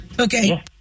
Okay